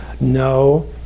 no